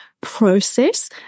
process